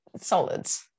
Solids